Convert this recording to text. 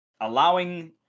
Allowing